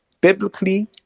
Biblically